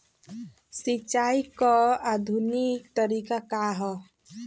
सिंचाई क आधुनिक तरीका का ह?